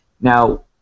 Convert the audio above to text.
Now